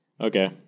Okay